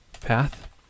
path